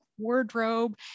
wardrobe